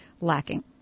lacking